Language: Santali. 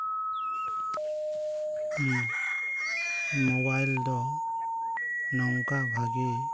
ᱢᱳᱵᱟᱭᱤᱞ ᱫᱚ ᱱᱚᱝᱠᱟ ᱵᱷᱟᱹᱜᱤ